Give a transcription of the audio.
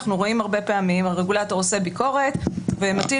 אנחנו רואים הרבה פעמים שהרגולטור עושה ביקורת ומטיל